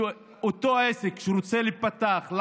שאותו העסק שרוצה להיפתח,